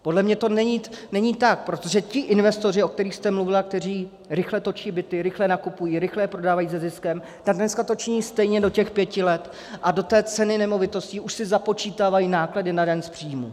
Podle mě to není tak, protože ti investoři, o kterých jste mluvila, kteří rychle točí byty, rychle nakupují, rychle je prodávají se ziskem, tak dneska to činí stejně do těch pěti let a do té ceny nemovitostí už si započítávají náklady na daň z příjmu.